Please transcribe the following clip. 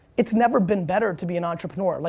it's never been better to be an entrepreneur. like